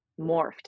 morphed